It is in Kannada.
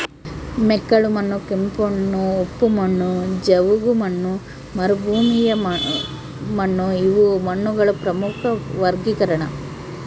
ಮೆಕ್ಕಲುಮಣ್ಣು ಕೆಂಪುಮಣ್ಣು ಉಪ್ಪು ಮಣ್ಣು ಜವುಗುಮಣ್ಣು ಮರುಭೂಮಿಮಣ್ಣುಇವು ಮಣ್ಣುಗಳ ಪ್ರಮುಖ ವರ್ಗೀಕರಣ